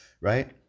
right